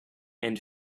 and